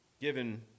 given